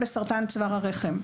ובדיקות לסרטן צוואר הרחם.